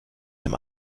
dem